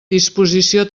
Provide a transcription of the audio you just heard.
disposició